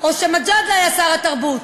או כשמג'אדלה היה שר התרבות.